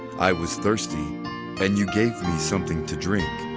i was thirsty and you gave me something to drink,